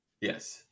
yes